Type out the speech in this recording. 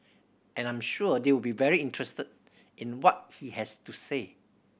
and I'm sure they'll be very interested in what he has to say